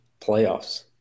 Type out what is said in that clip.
playoffs